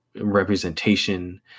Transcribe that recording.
representation